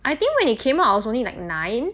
I think when it came out I was only like nine